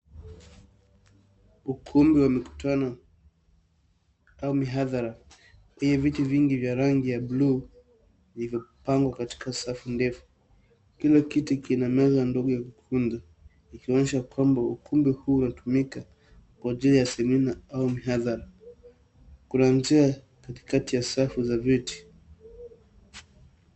Ukumbi wa mikutano au mihadhara yenye viti vingi vya rangi ya buluu vilivyopangwa katika safu ndefu. Kila kiti kina meza ndogo ya kukunja ikionyesha kwamba ukumbi huu unatumika kwa ajili ya semina au mihadhara. Kuna njia katikati ya safi za viti.